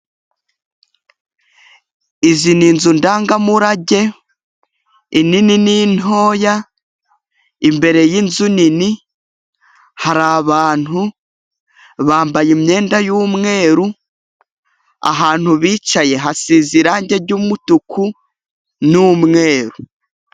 Izi ni inzu ndangamurage, inini n'intoya, imbere y'inzu nini hari abantu, bambaye imyenda y'umweru, ahantu bicaye hasize irangi ry'umutuku n'umweru.